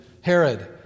Herod